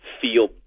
feel